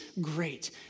Great